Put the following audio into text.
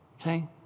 okay